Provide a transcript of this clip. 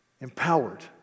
Empowered